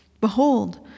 Behold